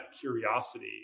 curiosity